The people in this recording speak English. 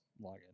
login